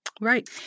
Right